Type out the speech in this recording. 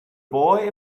boy